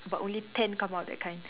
but only ten come out that kind